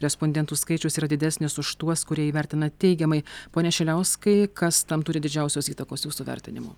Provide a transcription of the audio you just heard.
respondentų skaičius yra didesnis už tuos kurie jį vertina teigiamai pone šiliauskai kas tam turi didžiausios įtakos jūsų vertinimu